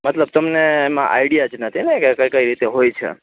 મતલબ તમને એમાં આઇડિયાજ નથીને કે કઈ કઈ રીતે હોય છે